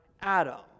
Adam